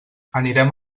anirem